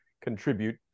contribute